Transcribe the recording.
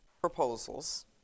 proposals